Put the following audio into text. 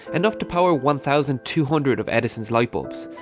enough to power one thousand two hundred of edison's lightbulbs,